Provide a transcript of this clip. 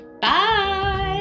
bye